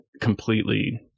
completely